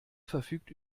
verfügt